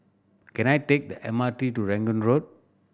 can I take the M R T to Rangoon Road